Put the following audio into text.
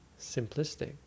simplistic